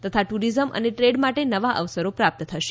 તથા ટુરિઝમ અને ટ્રેડ માટે નવા અવસરો પ્રાપ્ત થશે